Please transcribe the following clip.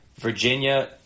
Virginia